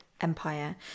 Empire